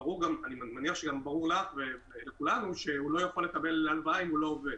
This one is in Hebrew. אני מניח שגם ברור לך ולכולנו שהוא לא יכול לקבל הלוואה אם הוא לא עובד,